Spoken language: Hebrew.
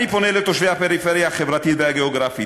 אני פונה לתושבי הפריפריה החברתית והגיאוגרפית,